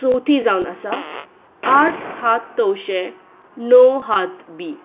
चवथी जावन आसा आठ हात तवशें णव हात बीं